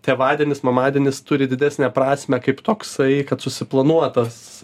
tėvadienis mamadienis turi didesnę prasmę kaip toksai kad susiplanuotas